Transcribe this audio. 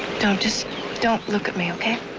don't. just don't look at me, okay?